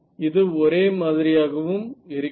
இது ஒரே மாதிரியாகவும் இருக்கிறது